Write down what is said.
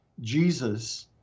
Jesus